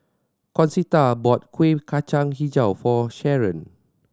Concetta bought Kueh Kacang Hijau for Sharen